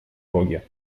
роге